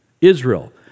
Israel